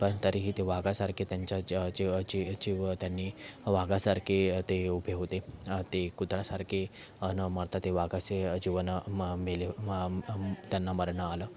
पण तरीही ते वाघासारखे त्यांच्या जीवाचे चिव व त्यांनी वाघासारखे ते उभे होते ते कुत्र्यासारखे न मरता ते वाघाचे जीवन म मेले त्यांना मरण आलं